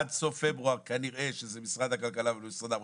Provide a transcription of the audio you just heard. עד סוף פברואר כנראה שזה משרד הכלכלה ומשרד העבודה.